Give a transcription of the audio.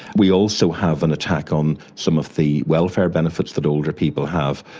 we also have an attack on some of the welfare benefits that older people have,